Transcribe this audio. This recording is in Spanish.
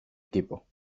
equipo